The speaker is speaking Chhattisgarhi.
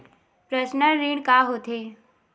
पर्सनल ऋण का होथे?